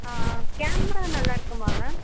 ஆ ஆ கேமரா நல்லாயிருக்குமா மேம்